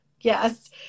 Yes